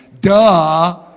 Duh